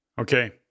Okay